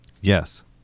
Yes